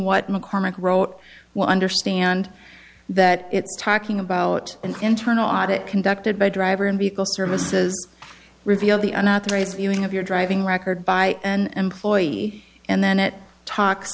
what mccormick wrote what i understand that it's talking about an internal audit conducted by driver and vehicle services revealed the unauthorized evening of your driving record by an employee and then it talk